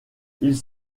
ils